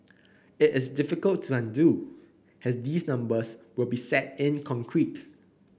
it is difficult to undo has these numbers will be set in concrete